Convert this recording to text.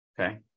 okay